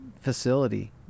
facility